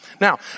Now